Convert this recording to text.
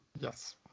yes